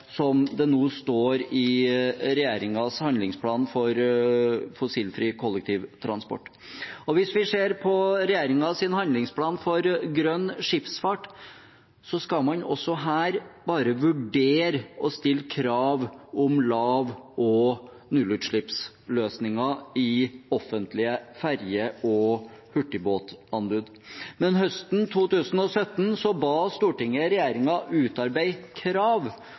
det nå står i regjeringens handlingsplan for fossilfri kollektivtrafikk. Hvis vi ser på regjeringens handlingsplan for grønn skipsfart, skal man også her bare vurdere å stille krav om lav- og nullutslippsløsninger i offentlige ferje- og hurtigbåtanbud. Men høsten 2017 ba Stortinget regjeringen utarbeide krav